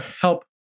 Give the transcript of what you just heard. help